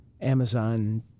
Amazon